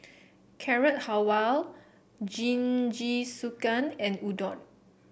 Carrot Halwa Jingisukan and Udon